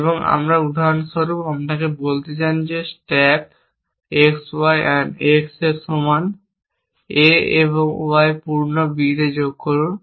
এবং আমরা উদাহরণ স্বরূপ আপনি বলতে চান স্ট্যাক xy an x এর সমান A এবং Y পূর্ণ B যোগ করুন